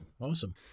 Awesome